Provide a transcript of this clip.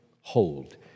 hold